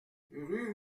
rue